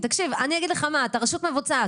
תקשיב, אני אגיד לך מה: אתה רשות מבצעת.